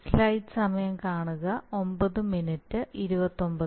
നമ്മൾ കണ്ടത് ഇതാണ്